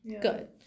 Good